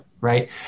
Right